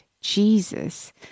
Jesus